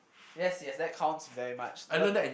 yes yes that counts very much but